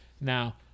Now